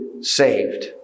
Saved